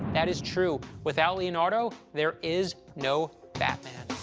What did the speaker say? that is true. without leonardo, there is no batman.